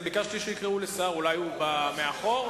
ביקשתי שיקראו לשר, אולי הוא בא מאחור.